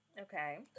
Okay